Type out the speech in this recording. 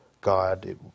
God